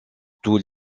tous